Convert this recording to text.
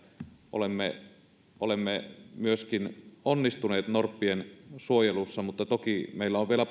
olemme olemme myöskin onnistuneet norppien suojelussa mutta toki meillä on vielä